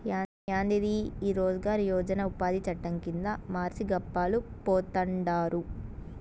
యాందిది ఈ రోజ్ గార్ యోజన ఉపాది చట్టం కింద మర్సి గప్పాలు పోతండారు